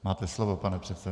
Máte slovo, pane předsedo.